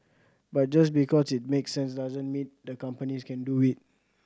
but just because it makes sense doesn't mean the companies can do it